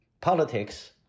politics